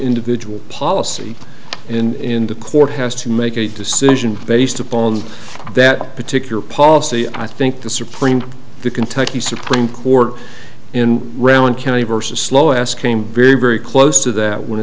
individual policy in the court has to make a decision based upon that particular policy i think the supreme the kentucky supreme court in round county versus slow ass came very very close to